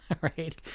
right